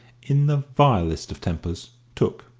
in the vilest of tempers, took,